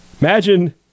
Imagine